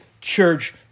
church